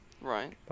Right